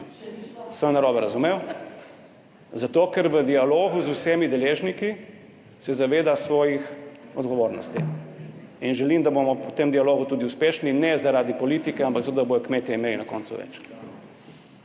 odlično, sem narobe razumel – zato, ker se v dialogu z vsemi deležniki zaveda svojih odgovornosti. In želim, da bomo v tem dialogu tudi uspešni, ne zaradi politike, ampak zato, da bodo kmetje imeli na koncu več.